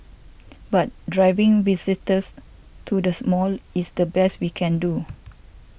but driving visitors to the small is the best we can do